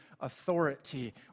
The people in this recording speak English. authority